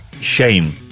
shame